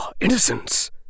innocence